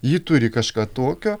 ji turi kažką tokio